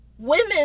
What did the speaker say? Women